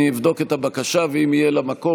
אני אבדוק את הבקשה ואם יהיה לה מקום,